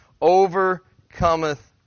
overcometh